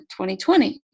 2020